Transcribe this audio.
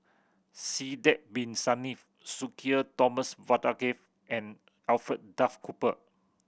Sidek Bin Saniff Sudhir Thomas Vadaketh and Alfred Duff Cooper